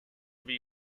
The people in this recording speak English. hough